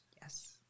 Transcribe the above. yes